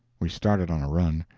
we started on a run.